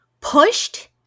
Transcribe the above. pushed